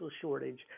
shortage